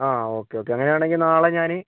ആ okay okay അങ്ങനെയാണെങ്കില് നാളെ ഞാൻ